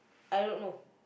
I don't know